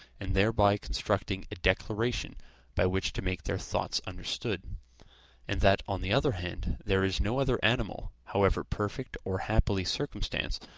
and thereby constructing a declaration by which to make their thoughts understood and that on the other hand, there is no other animal, however perfect or happily circumstanced,